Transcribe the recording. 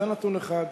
זה נתון אחד.